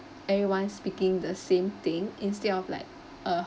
everyone speaking the same thing instead of like uh